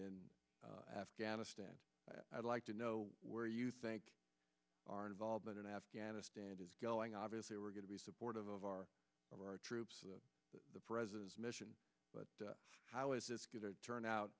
in afghanistan i'd like to know where you think our involvement in afghanistan is going obviously we're going to be supportive of our of our troops the president's mission but how it's turned out